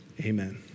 amen